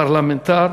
פרלמנטר